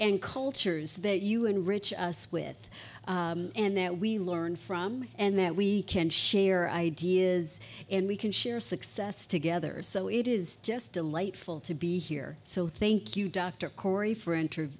and cultures that you and rich us with and that we learn from and that we can share ideas and we can share success together so it is just delightful to be here so thank you dr corey f